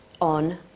on